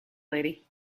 lady